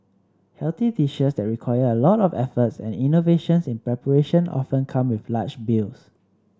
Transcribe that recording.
healthy dishes that require a lot of efforts and innovations in preparation often come with large bills